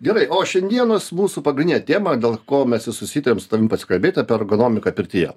gerai o šiandienos mūsų pagrindinė tema dėl ko mes ir susitarėm su tavim pasikalbėti apie ergonomiką pirtyje